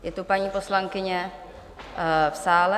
Je tu paní poslankyně v sále?